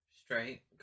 straight